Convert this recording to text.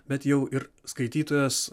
bet jau ir skaitytojas